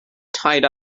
tied